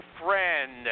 friend